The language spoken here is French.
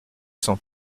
cent